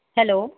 hello